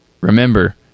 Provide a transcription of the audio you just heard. remember